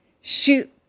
shoot